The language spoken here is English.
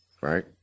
right